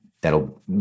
that'll